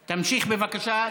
תמשיך, בבקשה.